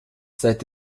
seit